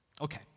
Okay